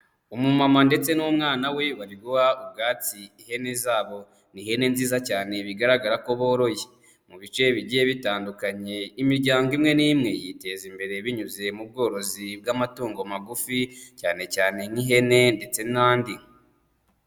Umumama ndetse n'umwana we bari guha ubwatsi ihene zabo, ni ihene nziza cyane bigaragara ko boroye, mu bice bigiye bitandukanye imiryango imwe n'imwe yiteza imbere binyuze mu bworozi bw'amatungo magufi cyane cyane nk'ihene ndetse n'andi.